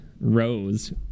Rose